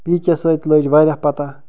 P کے سۭتۍ لٔج وارِیاہ پتاہ